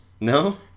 No